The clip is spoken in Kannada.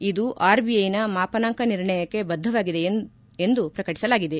ಇದು ಆರ್ಬಿಐನ ಮಾಪನಾಂಕ ನಿರ್ಣಯಕ್ಕೆ ಬದ್ಧವಾಗಿದೆ ಎಂದು ಪ್ರಕಟಿಸಲಾಗಿದೆ